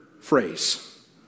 phrase